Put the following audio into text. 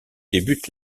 débute